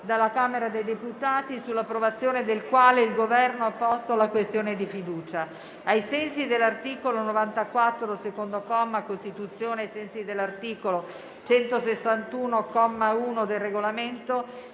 di legge n. 2448, sull'approvazione del quale il Governo ha posto la questione di fiducia. Ai sensi dell'articolo 94, secondo comma, della Costituzione e ai sensi dell'articolo 161, comma 1, del Regolamento,